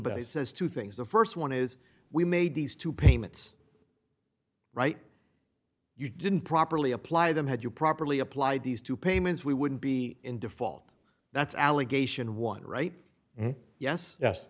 but he says two things the st one is we made these two payments right you didn't properly apply them had you properly applied these two payments we wouldn't be in default that's allegation one right yes yes